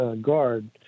guard